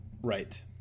Right